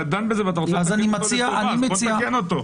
אז בוא תתקן אותה.